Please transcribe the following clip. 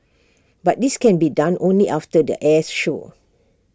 but this can be done only after the airs show